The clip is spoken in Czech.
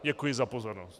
Děkuji za pozornost.